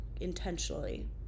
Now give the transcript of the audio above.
intentionally